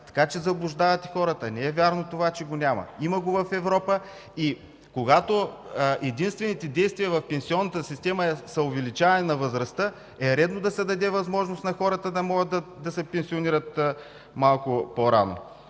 Така че заблуждавате хората – не е вярно това, че го няма. Има го в Европа. Когато единственото действие в пенсионната система е увеличаване на възрастта, е редно да се даде възможност на хората да могат да се пенсионират малко по-рано.